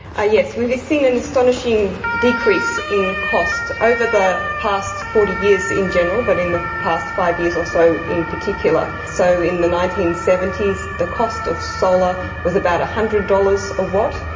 ah yes, we've seen an astonishing decrease in cost over the past forty years in general, but in the past five years or so in particular. so in the nineteen seventy s the cost of solar was about one hundred dollars a watt,